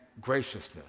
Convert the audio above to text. graciousness